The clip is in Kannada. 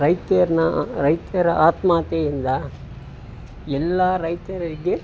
ರೈತರನ್ನು ರೈತರ ಆತ್ಮಹತ್ಯೆ ಇಂದ ಎಲ್ಲ ರೈತರಿಗ್